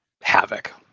havoc